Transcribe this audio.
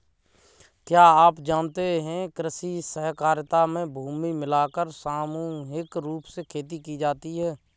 क्या आप जानते है कृषि सहकारिता में भूमि मिलाकर सामूहिक रूप से खेती की जाती है?